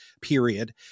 period